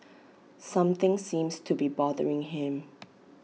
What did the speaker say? something seems to be bothering him